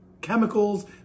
chemicals